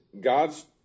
God's